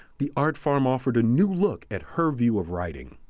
the art farm offered a new look at her view of writing.